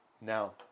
Now